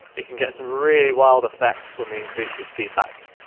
we can get some really wild effects when we increase this feedback.